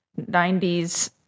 90s